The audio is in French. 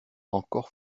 encore